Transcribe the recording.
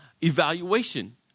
evaluation